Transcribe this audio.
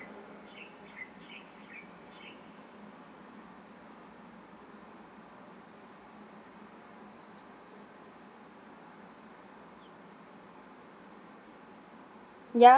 ya